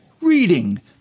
reading